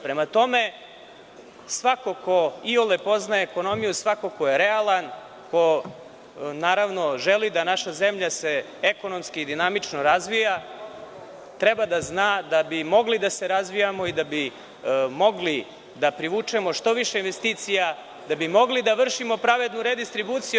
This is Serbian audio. Prema tome, svako ko iole poznaje ekonomiju i svako ko je realan, ko želi da se naša zemlja ekonomski i dinamično, razvija, treba da zna da bi mogli da se razvijamo i da bi mogli da privučemo što više investicija, da bi mogli da vršimo pravednu redistribuciju.